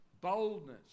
Boldness